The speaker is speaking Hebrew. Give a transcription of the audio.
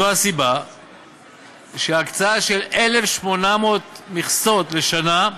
זו הסיבה שהקצאה של 1,800 מכסות לשנה,